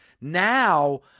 Now